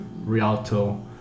Rialto